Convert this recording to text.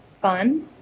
Fun